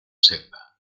senda